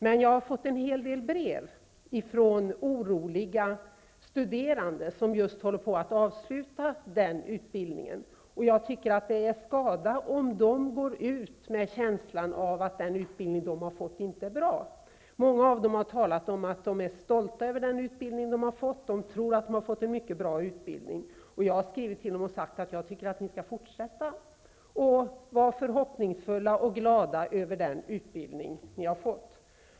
Jag har fått en del brev från oroliga studerande, som just nu håller på att avsluta sin lärarutbildning. Jag tycker att det är en skada om de går ut skolan med känslan av att den utbildning som de har fått inte är bra. Många säger att de är stolta över den utbildning som de har fått och tycker att det är en mycket bra utbildning. Jag har skrivit till dem och sagt att de skall fortsätta att vara förhoppningsfulla och glada över den utbildning som de fått.